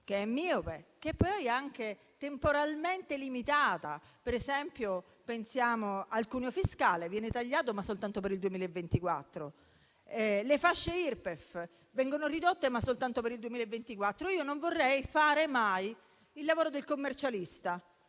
che è miope e anche temporalmente limitata. Pensiamo, ad esempio, al cuneo fiscale, che viene tagliato, ma soltanto per il 2024. Le fasce Irpef vengono ridotte, ma soltanto per il 2024. Non vorrei fare mai il lavoro del commercialista,